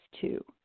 two